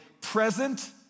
present